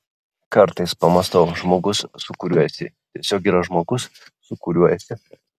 kartais pamąstau žmogus su kuriuo esi tiesiog yra žmogus su kuriuo esi